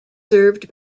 served